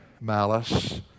malice